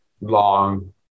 long